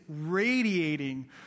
radiating